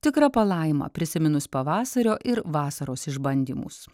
tikra palaima prisiminus pavasario ir vasaros išbandymus